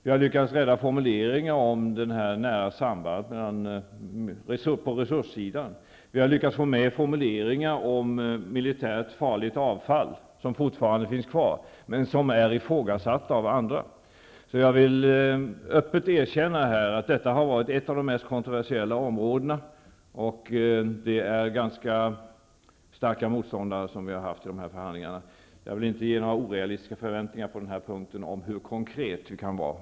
Vi har lyckats rädda formuleringar om det nära sambandet på resurssidan. Vi har lyckats få med formuleringar om militärt farligt avfall som fortfarande finns kvar, formuleringar som är ifrågasatta av andra. Jag vill öppet erkänna att detta har varit ett av de mest kontroversiella områdena, och vi har i förhandlingarna haft ganska starka motståndare. Jag vill inte ge några orealistiska förväntningar om vad vi konkret kan göra.